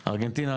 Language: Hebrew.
ארגנטינה,